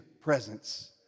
presence